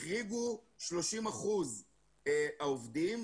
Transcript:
החריגו 30% מהעובדים,